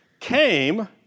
...came